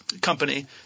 company